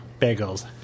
bagels